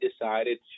decided